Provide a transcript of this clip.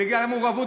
בגלל המעורבות,